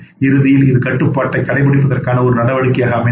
இறுதியில் இது கட்டுப்பாட்டைக் கடைப்பிடிப்பதற்கான ஒரு நடவடிக்கையாகும்